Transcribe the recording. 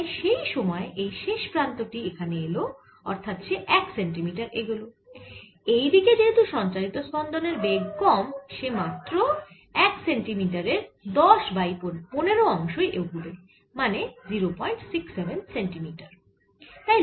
তাই সেই সময়ে এই শেষ প্রান্ত টি এখানে এলো অর্থাৎ সে 1 সেন্টিমিটার এগোল এইদিকে যেহেতু সঞ্চারিত স্পন্দনের বেগ কম সে মাত্র 1 সেন্টিমিটারের 10 বাই 15 অংশই এগোবে মানে 067 সেন্টিমিটার